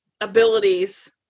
abilities